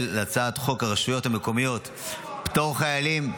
להצעת חוק הרשויות המקומיות (פטור חיילים,